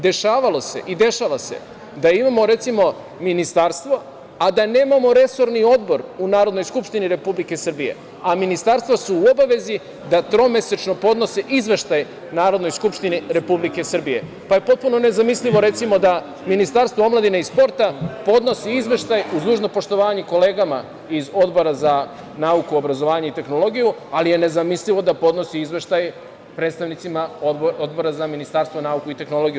Dešavalo se i dešava se da imamo, recimo, ministarstvo, a da nemamo resorni odbor u Narodnoj skupštini Republike Srbije, a ministarstva su u obavezi da tromesečno podnose izveštaj Narodnoj skupštini Republike Srbije, pa je potpuno nezamislivo, recimo, da Ministarstvo omladine i sporta podnosi izveštaj, uz dužno poštovanje kolegama iz Odbora za nauku, obrazovanje i tehnologiju, ali je nezamislivo da podnosi izveštaj predstavnicima Odbora za nauku, obrazovanje i tehnologiju.